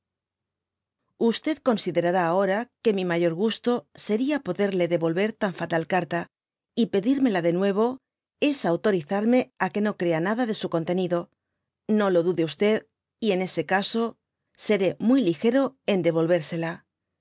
considerará ahora que mi mayor gusto sia poderle deyolver tan fatal carta y pedimuja denueyo es autorizarme á que no crea nada d su contenido no lo dude y en ese caso seré muy ligero en deyolversela